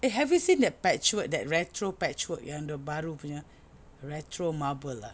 eh have you seen that patchwork that retro patchwork yang the baru punya retro marble ah